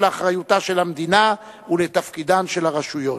לאחריותה של המדינה ולתפקידן של הרשויות.